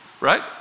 Right